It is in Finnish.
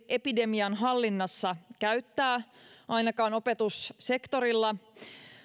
epidemian hallinnassa käyttää ainakaan opetussektorilla